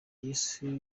yesu